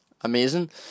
amazing